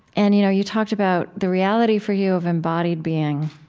and you know you talked about the reality for you of embodied being.